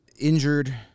injured